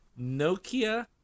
Nokia